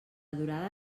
durada